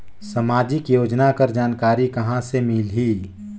समाजिक योजना कर जानकारी कहाँ से मिलही?